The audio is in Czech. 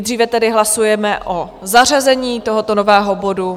Nejdříve tedy hlasujeme o zařazení tohoto nového bodu.